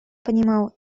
понимал